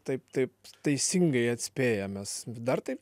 taip taip teisingai atspėję mes dar taip